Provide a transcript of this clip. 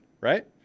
right